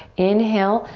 inhale.